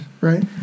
right